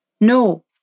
No